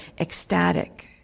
ecstatic